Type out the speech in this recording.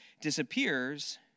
disappears